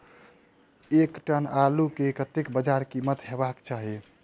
एक टन आलु केँ कतेक बजार कीमत हेबाक चाहि?